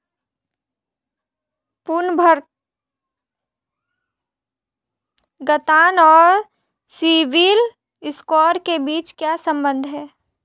पुनर्भुगतान और सिबिल स्कोर के बीच क्या संबंध है?